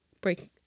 Break